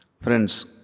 Friends